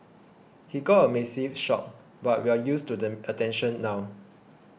he got a massive shock but we're used to the attention now